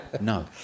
no